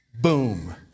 Boom